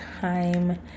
time